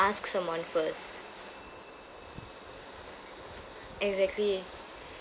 ask someone first exactly